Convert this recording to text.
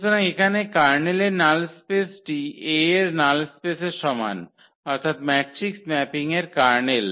সুতরাং এখানে কার্নেলের নাল স্পেসটি A এর নাল স্পেসের সমান অর্থাৎ ম্যাট্রিক্স ম্যাপিংয়ের কার্নেল